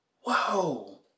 Whoa